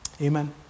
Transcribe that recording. Amen